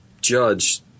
judge